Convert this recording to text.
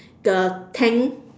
the tank